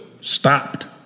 stopped